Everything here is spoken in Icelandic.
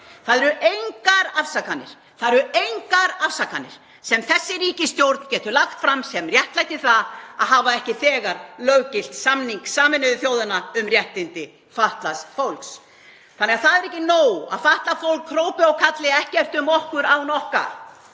Það eru engar afsakanir sem þessi ríkisstjórn gæti lagt fram sem réttlæta það að hafa ekki þegar löggilt samning Sameinuðu þjóðanna um réttindi fatlaðs fólks. Það er ekki nóg að fatlað fólk hrópi og kalli: Ekkert um okkur án okkar,